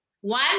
one